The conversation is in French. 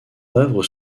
œuvre